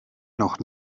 noch